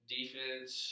Defense